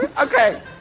Okay